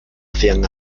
hacían